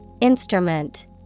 Instrument